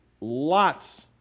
Lots